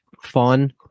fun